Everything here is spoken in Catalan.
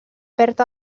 perd